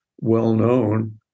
well-known